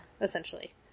essentially